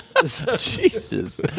Jesus